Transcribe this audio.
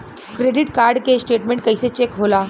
Credit card के statement कइसे check होला?